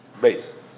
Base